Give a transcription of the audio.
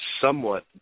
somewhat